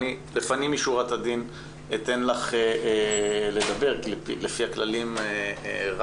לפנים משורת הדין אתן לך לדבר כי לפי הכללים רק